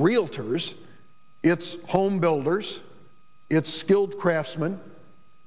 realtors it's home builders it's skilled craftsman